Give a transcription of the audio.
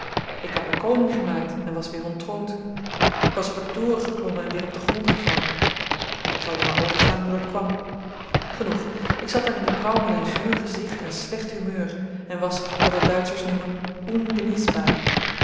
ik had me koning gemaakt en was weer onttroond ik was op een toren geklommen en weer op den grond gevallen ik zal nu maar overslaan hoe dat kwam genoeg ik zat daar in die prauw met een zuur gezicht en slecht humeur en was wat de duitschers noemen